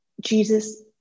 Jesus